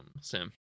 Sam